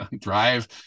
drive